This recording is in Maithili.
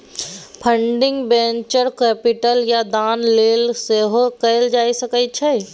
फंडिंग वेंचर कैपिटल या दान लेल सेहो कएल जा सकै छै